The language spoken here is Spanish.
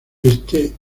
este